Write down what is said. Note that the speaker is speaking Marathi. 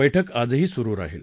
बैठक आज ही सुरू राहील